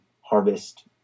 harvest